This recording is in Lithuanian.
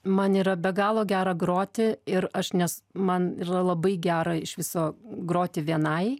man yra be galo gera groti ir aš nes man yra labai gera iš viso groti vienai